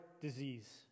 disease